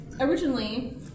Originally